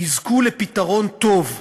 יזכו לפתרון טוב.